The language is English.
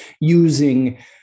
using